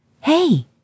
Hey